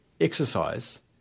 exercise